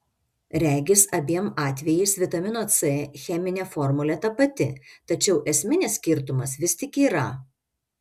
regis abiem atvejais vitamino c cheminė formulė ta pati tačiau esminis skirtumas vis tik yra